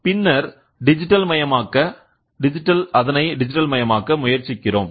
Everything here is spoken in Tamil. பின்னர் டிஜிட்டல் மயமாக்க முயற்சிக்கிறோம்